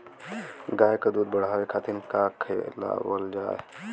गाय क दूध बढ़ावे खातिन का खेलावल जाय?